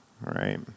right